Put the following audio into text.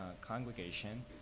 congregation